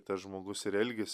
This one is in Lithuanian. tas žmogus ir elgias